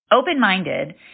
Open-minded